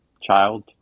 child